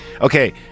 Okay